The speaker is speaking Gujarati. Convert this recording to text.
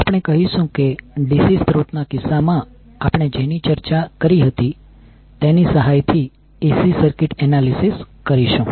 આપણે કહીશું કે DC સ્રોતના કિસ્સામાં આપણે જેની ચર્ચા કરી હતી તેની સહાયથી AC સર્કિટ એનાલિસિસ કરીશું